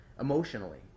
Emotionally